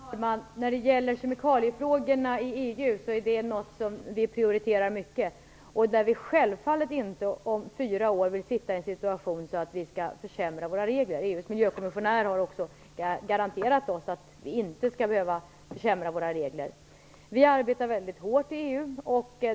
Herr talman! När det gäller kemikaliefrågorna i EU är det något som vi prioriterar, och vi vill självfallet inte om fyra år vara i en situation där vi skall försämra våra regler. EU:s miljökommissionär har också garanterat oss vi inte skall behöva försämra våra regler. Vi arbetar mycket hårt i EU.